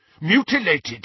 mutilated